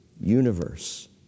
universe